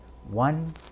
one